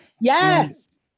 Yes